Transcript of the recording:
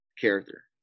character